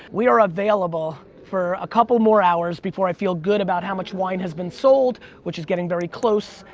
we are available for a couple more hours before i feel good about how much wine has been sold, which is getting very close.